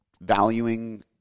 valuing